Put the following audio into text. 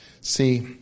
See